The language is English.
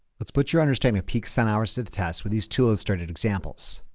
let's put your understanding of peak sun hours to the test with these two old stated examples.